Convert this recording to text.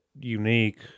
unique